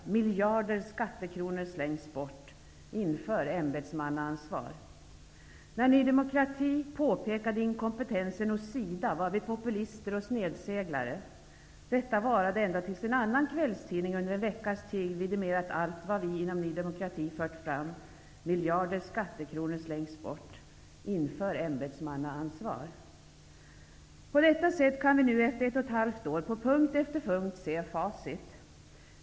Miljarder skattekronor slängs bort. Inför ämbetsmannaansvar! När Ny demokrati påpekade inkompetensen hos SIDA var vi populister och snedseglare. Detta varade ända tills en annan kvällstidning under en veckas tid vidimerat allt vad vi inom Ny Demokrati fört fram. Miljarder skattekronor slängs bort. Inför ämbetsmannaansvar. På detta sätt kan vi nu efter 1 1/2 år på punkt efter punkt se facit.